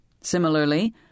Similarly